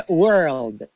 world